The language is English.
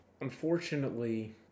unfortunately